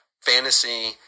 fantasy